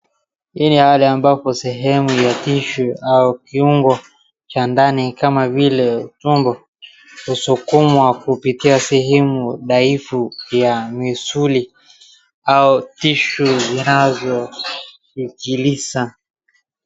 Hii ni hali ambapo sehemu ya tissue au kiungo cha ndani kama vile tumbo husukumwa kupitia sehemu dhaifu ya misuli au tissue zinazosikiliza.